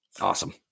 Awesome